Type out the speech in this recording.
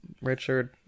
Richard